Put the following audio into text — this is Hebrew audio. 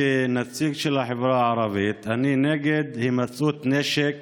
כנציג של החברה הערבית: אני נגד הימצאות נשק